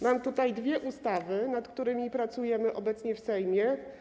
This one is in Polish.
Mam tutaj dwie ustawy, nad którymi pracujemy obecnie w Sejmie.